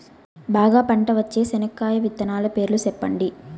బాగా పంట వచ్చే చెనక్కాయ విత్తనాలు పేర్లు సెప్పండి?